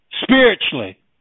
spiritually